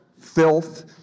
filth